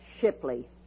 Shipley